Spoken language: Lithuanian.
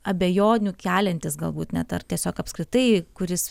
abejonių keliantis galbūt net ar tiesiog apskritai kuris